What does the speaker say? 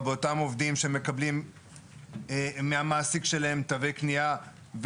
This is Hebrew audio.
עובדים שמקבלים מהמעסיק שלהם תווי קניה לחג,